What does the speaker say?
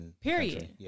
Period